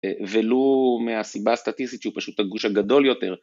ולו מהסיבה הסטטיסטית שהוא פשוט הגוש הגדול יותר